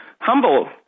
humble